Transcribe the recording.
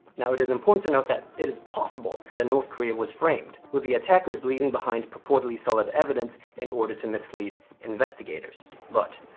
now, it is important to note, that it is possible that north korea was framed, with the attackers leaving behind purportedly solid evidence in order to mislead investigators. but,